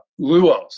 Luos